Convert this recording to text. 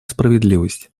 справедливость